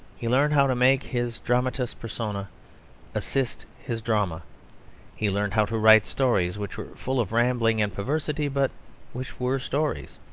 he learned how to make his dramatis personae assist his drama he learned how to write stories which were full of rambling and perversity, but which were stories.